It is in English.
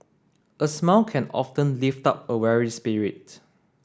a smile can often lift up a weary spirit